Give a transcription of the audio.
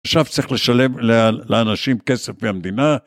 עכשיו צריך לשלם לאנשים כסף והמדינה